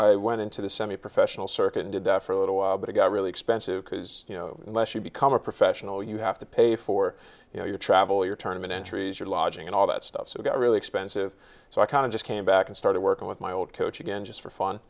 i went into the semi professional circuit and did that for a little while but i got really expensive because you know unless you become a professional you have to pay for you know your travel your tournaments entries your lodging and all that stuff so you get really expensive so i kind of just came back and started working with my old coach again just for fun